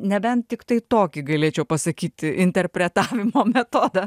nebent tiktai tokį galėčiau pasakyt interpretavimo metodą